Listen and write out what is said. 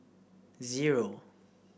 zero